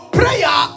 prayer